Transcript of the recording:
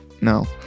No